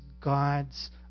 God's